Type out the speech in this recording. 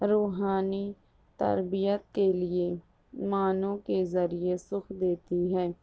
روحانی تربیت کے لیے معنوں کے ذریعے سکھ دیتی ہیں